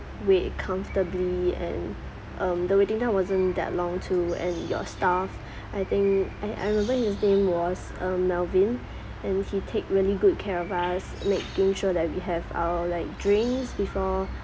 wait comfortably and um the waiting time wasn't that long too and your staff I think I I remember his name was um melvin and he take really good care of us making sure that we have our like drinks before